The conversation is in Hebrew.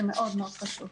זה מאוד-מאוד חשוב.